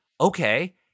okay